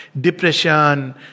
depression